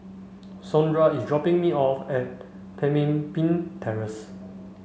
Saundra is dropping me off at Pemimpin Terrace